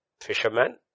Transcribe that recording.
fisherman